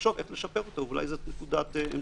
לחשוב איך לשפר אותו ואולי זאת נקודת המשך.